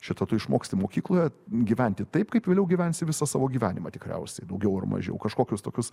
šito tu išmoksti mokykloje gyventi taip kaip vėliau gyvensi visą savo gyvenimą tikriausiai daugiau ar mažiau kažkokius tokius